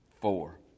four